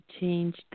change